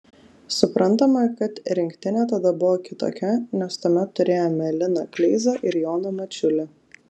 suprantama kad rinktinė tada buvo kitokia nes tuomet turėjome liną kleizą ir joną mačiulį